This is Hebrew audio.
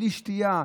בלי שתייה,